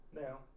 Now